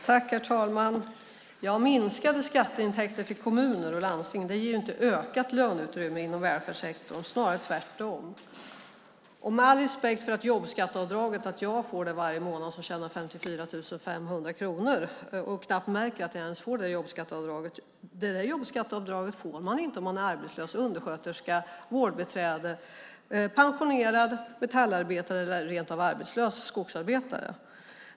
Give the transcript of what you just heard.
Herr talman! Minskade skatteintäkter till kommuner och landsting ger ju inte ökat löneutrymme inom välfärdssektorn, snarare tvärtom. Jag som tjänar 54 500 kronor får jobbskatteavdrag varje månad och märker knappt att jag får det. Det jobbskatteavdraget får man inte om man är arbetslös undersköterska eller vårdbiträde, pensionerad metallarbetare eller rent av arbetslös skogsarbetare.